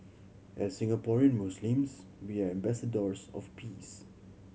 as Singaporean Muslims we are ambassadors of peace